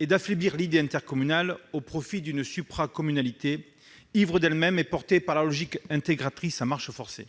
et d'affaiblir l'idée intercommunale au profit d'une supracommunalité ivre d'elle-même et portée par une logique d'intégration à marche forcée.